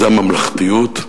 זה הממלכתיות,